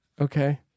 Okay